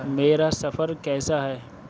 میرا سفر کیسا ہے